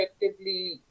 effectively